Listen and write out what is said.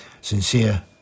sincere